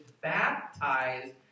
baptized